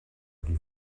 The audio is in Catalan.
qui